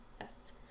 Yes